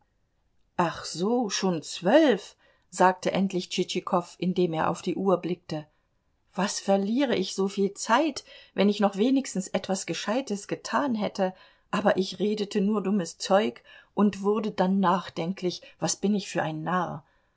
ach so schon zwölf sagte endlich tschitschikow indem er auf die uhr blickte was verliere ich soviel zeit wenn ich noch wenigstens etwas gescheites getan hätte aber ich redete nur dummes zeug und wurde dann nachdenklich was bin ich für ein narr